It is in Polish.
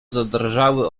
zadrżały